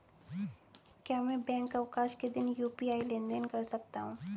क्या मैं बैंक अवकाश के दिन यू.पी.आई लेनदेन कर सकता हूँ?